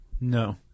No